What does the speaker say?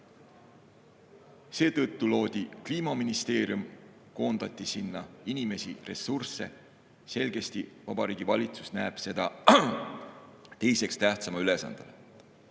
Seetõttu loodi Kliimaministeerium, koondati sinna inimesi, ressursse. Selgesti näeb Vabariigi Valitsus seda teise tähtsaima ülesandena.